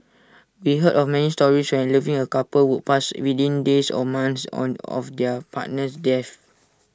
we heard of many stories A loving A couple would pass within days or months on of their partner's death